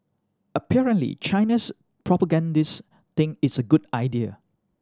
apparently China's propagandists think it's a good idea